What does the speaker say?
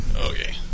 Okay